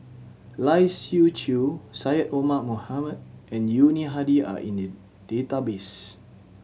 Lai Siu Chiu Syed Omar Mohamed and Yuni Hadi are in the database